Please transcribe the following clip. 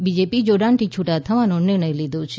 BJP જોડાણથી છૂટા થવાનો નિર્ણય લીધો છે